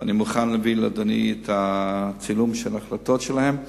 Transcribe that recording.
ואני מוכן להביא לאדוני את הצילום של ההחלטות שלהם.